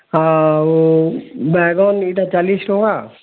ଆଉ ବାଇଗନ୍ ଇ'ଟା ଚାଲିଶ୍ ଟଙ୍କା